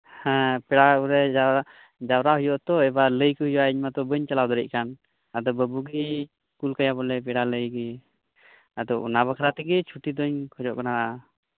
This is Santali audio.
ᱦᱮᱸ ᱯᱮᱲᱟ ᱠᱚᱜᱮ ᱡᱟᱣᱨᱟ ᱡᱟᱣᱨᱟ ᱦᱩᱭᱩᱜ ᱟᱛᱚ ᱮᱵᱟᱨ ᱤᱧ ᱢᱟᱛᱚ ᱵᱟᱹᱧ ᱪᱟᱞᱟᱣ ᱫᱟᱲᱮᱭᱟᱜ ᱠᱟᱱ ᱟᱫᱚ ᱵᱟᱹᱵᱩ ᱜᱮ ᱠᱩᱞ ᱠᱟᱭᱟ ᱵᱚᱞᱮ ᱯᱮᱲᱟ ᱞᱟᱹᱭ ᱜᱮ ᱟᱫᱚ ᱚᱱᱟ ᱵᱟᱠᱷᱨᱟ ᱛᱮᱜᱮ ᱪᱷᱩᱴᱤ ᱫᱚᱧ ᱠᱷᱚᱡᱚᱜ ᱠᱟᱱᱟ